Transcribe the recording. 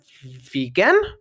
vegan